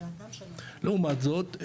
לעומת זאת,